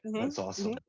and that's awesome.